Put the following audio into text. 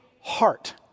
heart